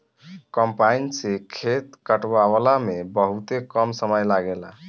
combine से खेत कटावला में बहुते कम समय लागेला